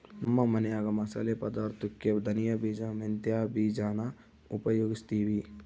ನಮ್ಮ ಮನ್ಯಾಗ ಮಸಾಲೆ ಪದಾರ್ಥುಕ್ಕೆ ಧನಿಯ ಬೀಜ, ಮೆಂತ್ಯ ಬೀಜಾನ ಉಪಯೋಗಿಸ್ತೀವಿ